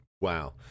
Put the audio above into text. wow